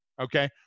okay